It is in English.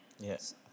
Yes